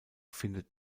findet